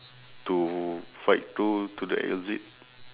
to fight through to the exit